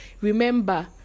Remember